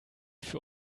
für